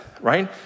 right